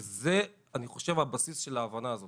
ואני חושב שזה הבסיס של ההבנה הזאת.